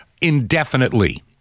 indefinitely